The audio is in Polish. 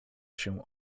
się